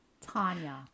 Tanya